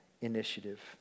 initiative